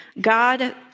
God